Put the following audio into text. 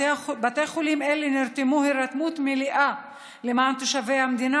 בתי חולים אלה נרתמו הירתמות מליאה למען תושבי המדינה.